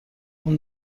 اون